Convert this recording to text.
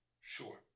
sure